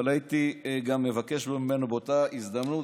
אבל הייתי גם מבקש ממנו באותה הזדמנות